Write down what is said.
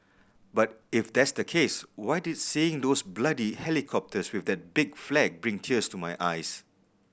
but if that's the case why did seeing those bloody helicopters with that big flag bring tears to my eyes